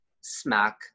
smack